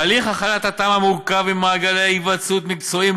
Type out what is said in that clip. הליך הכנת התמ"א מורכב ממעגלי היוועצות מקצועיים,